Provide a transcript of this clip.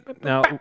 now